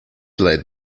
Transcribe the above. led